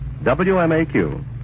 WMAQ